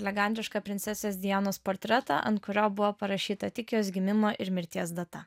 elegantišką princesės dianos portretą ant kurio buvo parašyta tik jos gimimo ir mirties data